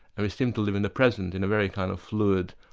and we seem to live in the present in a very kind of fluid,